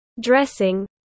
dressing